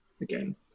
again